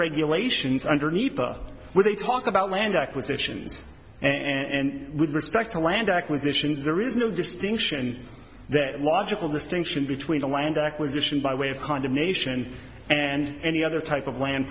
regulations underneath where they talk about land acquisitions and with respect to land acquisitions there is no distinction that logical distinction between the land acquisition by way of condemnation and any other type of land